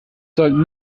sollten